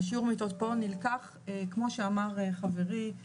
השיעור מיטות פה נלקח כמו שאמר חברי